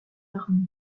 army